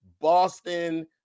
Boston